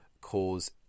cause